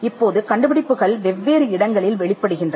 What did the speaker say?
இப்போது கண்டுபிடிப்பு வெவ்வேறு இடங்களில் வெளிப்படுகிறது